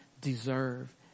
deserve